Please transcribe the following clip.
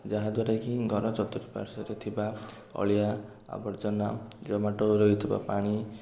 ଯାହା ଦ୍ଵାରା କି ଘର ଚତୁଃପାର୍ଶ୍ୱରେ ଥିବା ଅଳିଆ ଆବର୍ଜନା ଜମାଟ ହୋଇ ରହିଥିବା ପାଣି